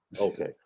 Okay